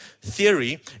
theory